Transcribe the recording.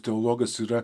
teologas yra